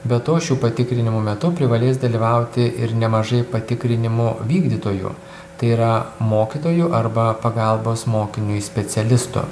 be to šių patikrinimų metu privalės dalyvauti ir nemažai patikrinimų vykdytojų tai yra mokytojų arba pagalbos mokiniui specialistų